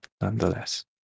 nonetheless